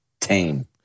tame